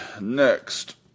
Next